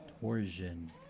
torsion